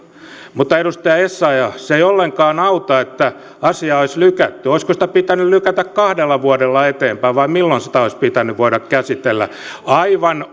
mutta edustaja essayah se ei ollenkaan auta että asiaa olisi lykätty olisiko sitä pitänyt lykätä kahdella vuodella eteenpäin vai milloin sitä olisi pitänyt voida käsitellä aivan